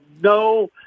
no